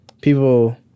people